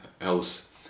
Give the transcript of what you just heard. else